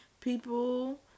people